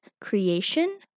creation